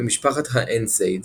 ממשפחת ה-NSAIDS